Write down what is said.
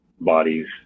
bodies